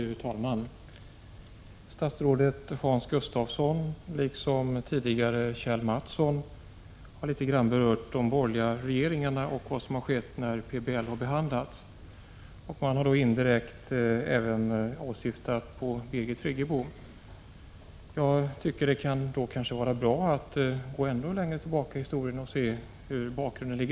Fru talman! Statsrådet Hans Gustafsson, liksom tidigare Kjell Mattsson, har litet grand berört de borgerliga regeringarna och vad som skett när PBL behandlats. Man har då indirekt syftat också på Birgit Friggebo. Jag tycker kanske därför att det kan vara bra att gå ännu längre tillbaka i historien och se hur bakgrunderna är.